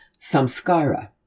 samskara